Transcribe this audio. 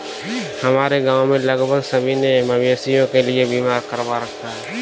हमारे गांव में लगभग सभी ने मवेशियों के लिए बीमा करवा रखा है